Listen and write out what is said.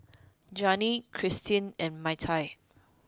Janine Cristina and Myrtle